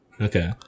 Okay